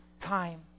time